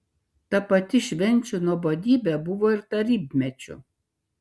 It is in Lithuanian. ta pati švenčių nuobodybė buvo ir tarybmečiu